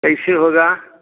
कैसे होगा